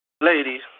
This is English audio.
ladies